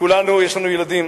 לכולנו יש ילדים.